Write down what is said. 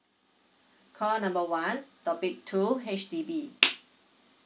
call number one topic two H_D_B